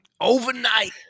overnight